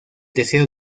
deseo